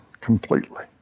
Completely